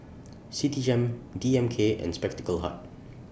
Citigem D M K and Spectacle Hut